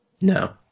no